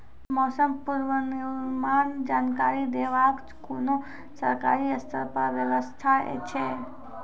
मौसम पूर्वानुमान जानकरी देवाक कुनू सरकारी स्तर पर व्यवस्था ऐछि?